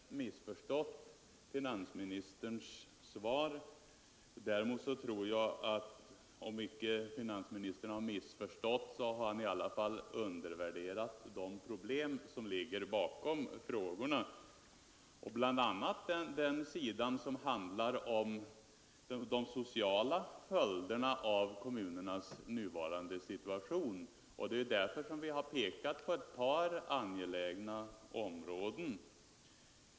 Fru talman! Jag har på intet sätt missförstått finansministerns svar. Däremot tror jag att finansministern har, om inte missförstått mina frågor så i varje fall undervärderat de problem som ligger bakom dem. Jag tänker bl.a. på de sociala följderna av kommunernas nuvarande situation. Vi har här pekat på ett par angelägna områden.